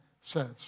says